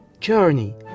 journey